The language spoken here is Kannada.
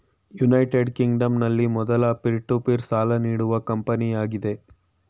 ಯುನೈಟೆಡ್ ಕಿಂಗ್ಡಂನಲ್ಲಿ ಮೊದ್ಲ ಪೀರ್ ಟು ಪೀರ್ ಸಾಲ ನೀಡುವ ಕಂಪನಿಯಾಗಿದೆ